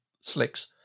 slicks